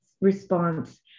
response